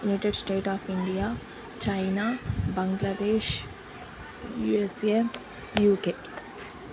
united state of India China Bangladesh USA UK